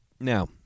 Now